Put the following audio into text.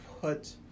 put